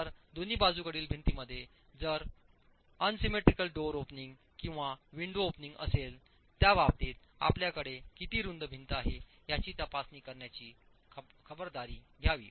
जर दोन बाजूकडील भिंतीमध्ये जर उन्सिम्मेत्रिकल डोअर ओपनिंग किंवा विंडो ओपनिंग असेल त्या बाबतीत आपल्याकडे किती रुंद भिंत आहे याची तपासणी करण्याची खबरदारी घ्यावी